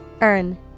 Earn